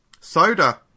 soda